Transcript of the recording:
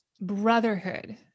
brotherhood